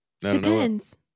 depends